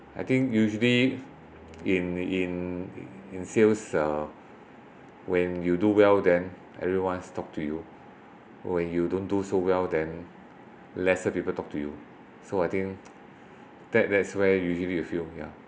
I think usually in in in sales uh when you do well then everyone's talk to you when you don't do so well then lesser people talk to you so I think that that's where usually a few ya